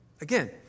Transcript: Again